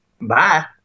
Bye